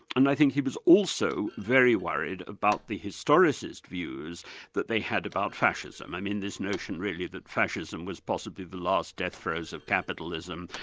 and i think he was also very worried about the historicist views that they had about fascism, i mean this notion really that fascism was possibly the last death throes of capitalism,